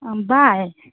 ꯚꯥꯏ